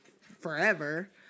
forever